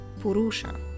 Purusha